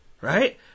Right